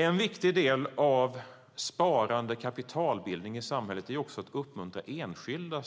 En viktig del av sparande och kapitalbildning i samhället handlar om att också uppmuntra enskilda